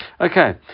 Okay